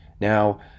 Now